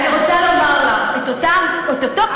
אני רוצה לומר לך: את אותו כסף,